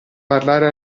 parlare